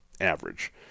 average